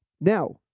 now